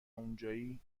اونجایی